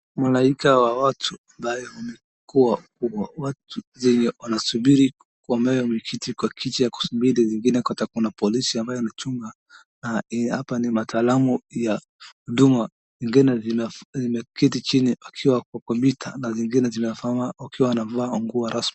Malaika wa watu ambao wamekuwa watu wenye kusubiri kumea mikiti, kwa kiti cha kusubiri. Zingine kutakuwa na polisi ambaye anachunga, na hapa ni matalamu ya huduma. Zingine zimeketi chini wakiwa kwa mita, na zingine zimesimama wakiwa wamevaa nguo rasmi.